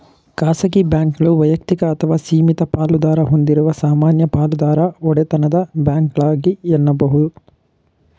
ಖಾಸಗಿ ಬ್ಯಾಂಕ್ಗಳು ವೈಯಕ್ತಿಕ ಅಥವಾ ಸೀಮಿತ ಪಾಲುದಾರ ಹೊಂದಿರುವ ಸಾಮಾನ್ಯ ಪಾಲುದಾರ ಒಡೆತನದ ಬ್ಯಾಂಕ್ಗಳಾಗಿವೆ ಎನ್ನುಬಹುದು